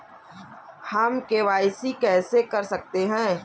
हम के.वाई.सी कैसे कर सकते हैं?